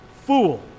fool